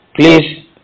Please